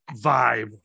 vibe